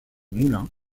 moulins